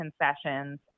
concessions